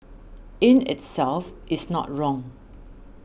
in itself is not wrong